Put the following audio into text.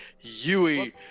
Yui